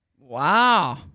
Wow